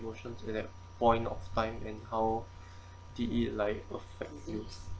emotions in that point of time and how the ef~ like affects you